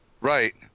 Right